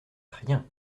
rien